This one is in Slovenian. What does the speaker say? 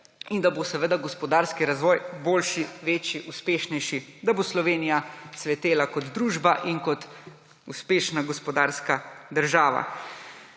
in bo seveda gospodarski razvoj boljši, večji, uspešnejši, da bo Slovenija cvetela kot družba in kot uspešna gospodarska država.